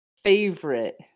favorite